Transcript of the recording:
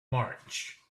march